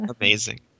amazing